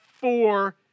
four